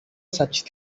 such